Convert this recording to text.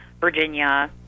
Virginia